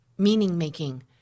meaning-making